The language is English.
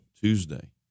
Tuesday